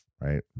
right